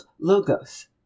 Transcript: Logos